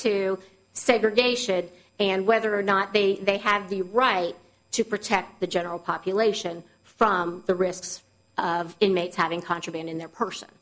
to segregation and whether or not they they have the right to protect the general population from the risks of inmates having contraband in their person